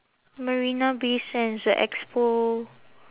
marina bay sands the expo